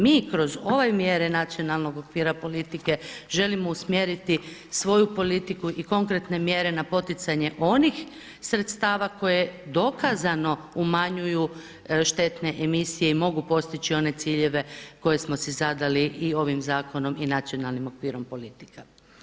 Mi kroz ove mjere nacionalnog okvira politike želimo usmjeriti svoju politiku i konkretne mjere na poticanje onih sredstava koje dokazano umanjuju štetne emisije i mogu postići one ciljeve koje smo si zadali i ovim zakonom i nacionalnim okvirom politika.